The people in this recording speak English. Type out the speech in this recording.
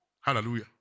hallelujah